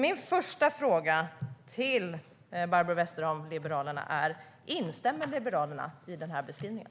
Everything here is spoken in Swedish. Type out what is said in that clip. Min första fråga till Barbro Westerholm, Liberalerna, är: Instämmer Liberalerna i den här beskrivningen?